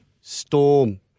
Storm